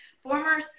former